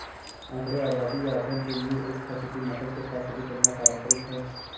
आंकड़े आबादी या अध्ययन के लिए एक सांख्यिकी मॉडल के साथ शुरू करना पारंपरिक है